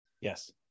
Yes